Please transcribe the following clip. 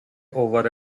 over